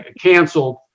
canceled